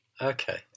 okay